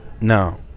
No